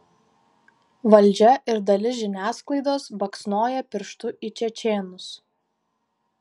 valdžia ir dalis žiniasklaidos baksnoja pirštu į čečėnus